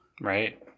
Right